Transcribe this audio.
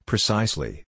Precisely